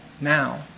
now